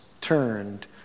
turned